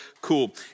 cool